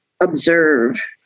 observe